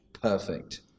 perfect